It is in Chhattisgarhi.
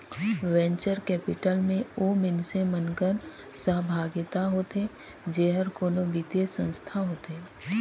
वेंचर कैपिटल में ओ मइनसे मन कर सहभागिता होथे जेहर कोनो बित्तीय संस्था होथे